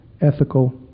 ethical